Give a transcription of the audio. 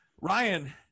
Ryan